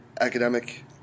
academic